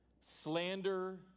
slander